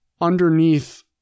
underneath